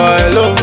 hello